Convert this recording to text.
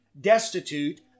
destitute